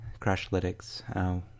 Crashlytics